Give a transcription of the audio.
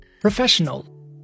professional